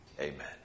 Amen